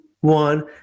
one